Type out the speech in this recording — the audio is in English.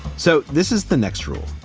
so this is the next rule.